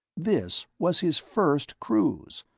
this was his first cruise,